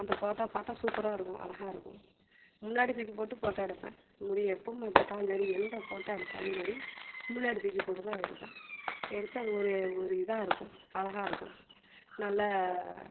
அந்த ஃபோட்டா பார்த்தா சூப்பராக இருக்கும் அழகா இருக்கும் முன்னாடி தூக்கிப் போட்டு ஃபோட்டா எடுப்பேன் முடி எப்போவுமே பார்த்தாலும் சரி எந்த ஃபோட்டா எடுத்தாலும் சரி முன்னாடி தூக்கிப் போட்டு தான் எடுப்பேன் எடுத்து அது ஒரு ஒரு இதாக இருக்கும் அழகா இருக்கும் நல்ல